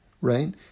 right